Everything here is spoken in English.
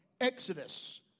Exodus